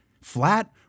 flat